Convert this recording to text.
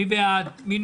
מי בעד, מי